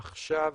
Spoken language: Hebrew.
עכשיו,